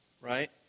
right